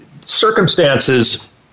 circumstances